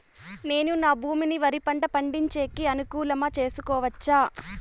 నేను నా భూమిని వరి పంట పండించేకి అనుకూలమా చేసుకోవచ్చా?